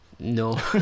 No